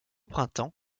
printemps